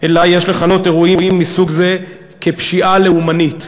אלא יש לכנות אירועי מסוג זה "פשיעה לאומנית".